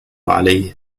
عليه